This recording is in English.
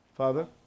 Father